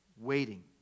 waiting